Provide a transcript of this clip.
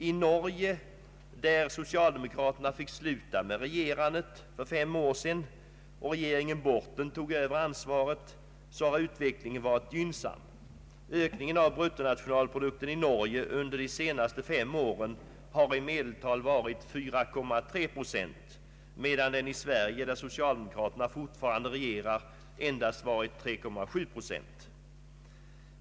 I Norge, där socialdemokraterna fick sluta med regerandet för fem år sedan och regeringen Borten tog över ansvaret, har utvecklingen varit gynnsam. Ökningen av bruttonationalinkomsten för Norge under de senaste fem åren har i medeltal varit 4,3 procent, medan den i Sverige där socialdemokraterna fortfarande regerar endast varit 3,7 procent.